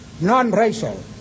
non-racial